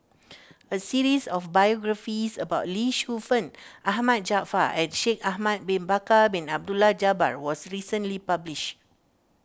a series of biographies about Lee Shu Fen Ahmad Jaafar and Shaikh Ahmad Bin Bakar Bin Abdullah Jabbar was recently published